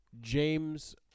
James